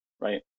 right